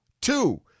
two